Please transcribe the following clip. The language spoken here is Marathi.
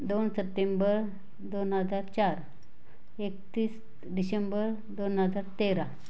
दोन सप्टेंबर दोन हजार चार एकतीस डिशेंबर दोन हजार तेरा